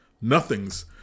Nothing's